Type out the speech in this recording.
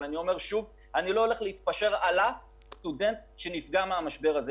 אבל אני לא הולך להתפשר על אף סטודנט שנפגע מהמשבר הזה.